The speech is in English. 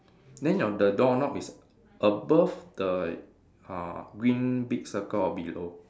then your the doorknob is above the uh green big circle or below